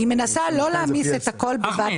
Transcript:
היא מנסה לא להעמיס את הכול בבת אחת.